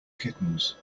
kittens